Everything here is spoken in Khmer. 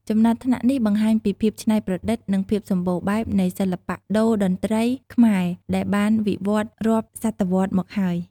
ចំណាត់ថ្នាក់នេះបង្ហាញពីភាពច្នៃប្រឌិត និងភាពសម្បូរបែបនៃសិល្បៈតូរ្យតន្ត្រីខ្មែរ ដែលបានវិវឌ្ឍន៍រាប់សតវត្សរ៍មកហើយ។